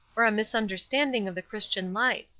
or a misunderstanding of the christian life.